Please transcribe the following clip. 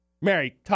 Mary